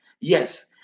yes